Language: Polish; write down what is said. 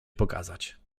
pokazać